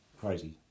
crazy